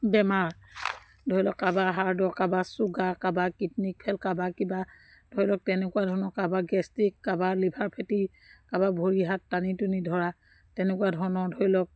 বেমাৰ ধৰি লওক কাৰোবাৰ হাৰ্ডৰ কাৰোবাৰ চুগাৰ কাৰোবাৰ কিডনিক ফেল কাৰোবাৰ কিবা ধৰি লওক তেনেকুৱা ধৰণৰ কাৰোবাৰ গেষ্টিক কাৰোবাৰ লিভাৰ ফেটি কাৰোবাৰ ভৰি হাত টানি টুনি ধৰা তেনেকুৱা ধৰণৰ ধৰি লওক